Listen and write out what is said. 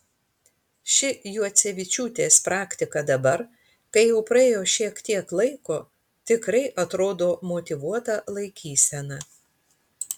ši juocevičiūtės praktika dabar kai jau praėjo šiek tiek laiko tikrai atrodo motyvuota laikysena